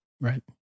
Right